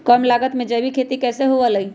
कम लागत में जैविक खेती कैसे हुआ लाई?